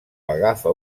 agafa